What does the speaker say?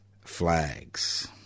flags